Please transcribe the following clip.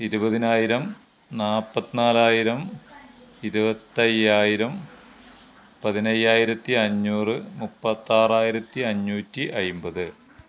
ഇരുപതിനായിരം നാൽപത്തി നാലായിരം ഇരുപത്തയ്യായിരം പതിനയ്യായിരത്തി അഞ്ഞൂറ് മുപ്പത്താറായിരത്തി അഞ്ഞുറ്റി അൻപത്